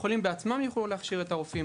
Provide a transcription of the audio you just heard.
החולים בעצמן יוכלו להכשיר את הרופאים.